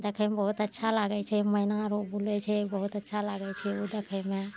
देखैमे बहुत अच्छा लागै छै मैना आओर ओ बुलै छै बहुत अच्छा लागै छै ओ देखैमे